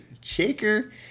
Shaker